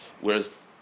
Whereas